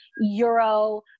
euro